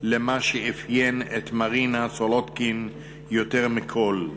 למה שאפיין את מרינה סולודקין יותר מכול: